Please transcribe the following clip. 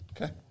okay